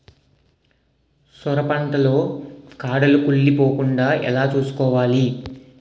సొర పంట లో కాడలు కుళ్ళి పోకుండా ఎలా చూసుకోవాలి?